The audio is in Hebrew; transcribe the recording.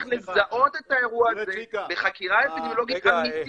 צריך לזהות את האירוע הזה בחקירה אפידמיולוגית אמיתית,